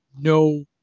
no